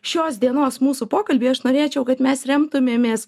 šios dienos mūsų pokalbyje aš norėčiau kad mes remtumėmės